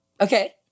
Okay